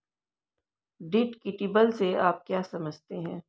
Deductible से आप क्या समझते हैं?